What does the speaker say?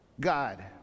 God